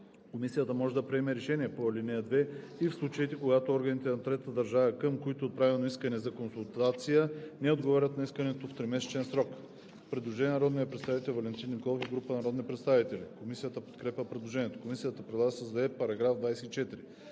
Комисията може да приеме решение по ал. 2 и в случаите, когато органите на третата държава, към които е отправено искане за консултация, не отговорят на искането в тримесечен срок.“ Предложение на народния представител Валентин Николов и група народни представители. Комисията подкрепя предложението. Комисията предлага да се създаде § 24: „§ 24.